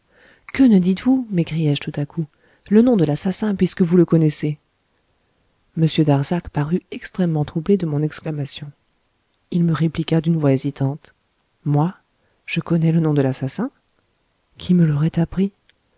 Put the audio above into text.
que ne ditesvous m'écriai-je tout à coup le nom de l'assassin puisque vous le connaissez m darzac parut extrêmement troublé de mon exclamation il me répliqua d'une voix hésitante moi je connais le nom de l'assassin qui me l'aurait appris